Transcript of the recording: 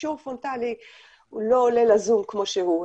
שיעור פרונטלי לא עולה לזום כמו שהוא.